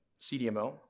CDMO